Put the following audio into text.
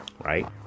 right